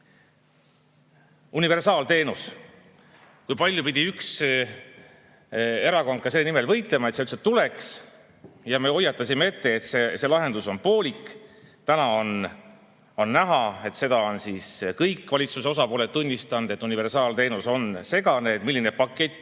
Universaalteenus. Kui palju pidi üks erakond selle nimel võitlema, et see üldse tuleks. Me hoiatasime ette, et see lahendus on poolik. Täna on näha, seda on kõik valitsuse osapooled tunnistanud, et universaalteenus on segane. Milline pakett